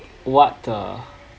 what the